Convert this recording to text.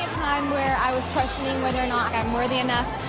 time where i was questioning whether or not i'm worthy enough.